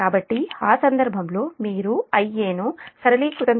కాబట్టి ఆ సందర్భంలో మీరు Ia ను సరళీకృతం చేస్తే j 0